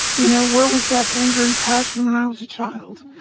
you know, where was that anger and passion when i was a child?